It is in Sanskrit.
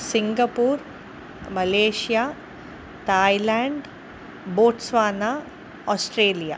Singapore Malaysia Thailand Botswana Australia